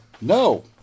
No